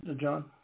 John